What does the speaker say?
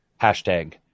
Hashtag